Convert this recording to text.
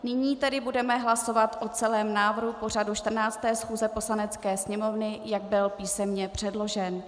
Nyní tedy budeme hlasovat o celém návrhu pořadu 14. schůze Poslanecké sněmovny, jak byl písemně předložen.